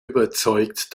überzeugt